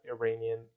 Iranian